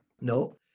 no